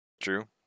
true